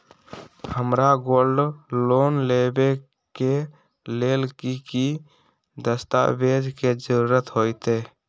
हमरा gold loan लेबे के लेल कि कि दस्ताबेज के जरूरत होयेत?